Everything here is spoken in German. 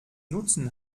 nutzen